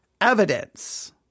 evidence